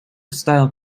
style